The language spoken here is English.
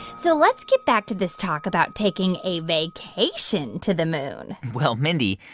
so let's get back to this talk about taking a vacation to the moon well, mindy,